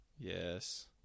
yes